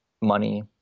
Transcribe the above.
money